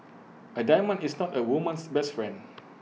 A diamond is not A woman's best friend